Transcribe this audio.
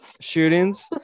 shootings